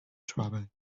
trouble